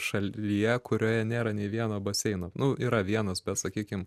šalyje kurioje nėra nei vieno baseino nu yra vienas bet sakykim